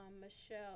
Michelle